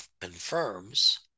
confirms